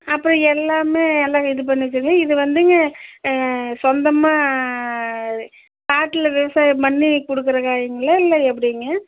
அப்போ எல்லாமே எல்லாம் இது பண்ணிக்கங்க இது வந்துங்க சொந்தமாக காட்டில் விவசாயம் பண்ணி கொடுக்குற காய்ங்களா இல்லை எப்படிங்க